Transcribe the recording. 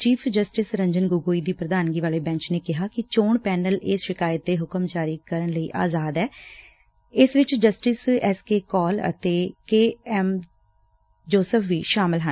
chief justice Ranjan Gogoi ਦੇ ਪ੍ਰਧਾਨਗੀ ਵਾਲੇ ਬੈਂਚ ਕਿਹਾ ਕਿ ਚੋਣ ਪੈਨਲ ਇਸ ਸ਼ਿਕਾਇਤ ਤੇ ਹੁਕਮ ਜਾਰੀ ਕਰਨ ਲਈ ਅਜ਼ਾਦ ਹੈ ਇਸ ਵਿਚ ਜਸਟਿਸ ਐਸ ਕੇ ਕੋਲ ਅਤੇ ਕੇ ਐਮ ਜੋਸ਼ਫ਼ ਵੀ ਸ਼ਾਮਲ ਹਨ